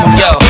yo